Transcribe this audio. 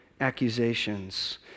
accusations